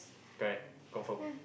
correct confirm